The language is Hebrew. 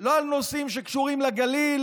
לא על נושאים שקשורים לגליל,